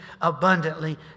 abundantly